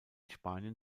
spanien